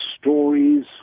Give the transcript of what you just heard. stories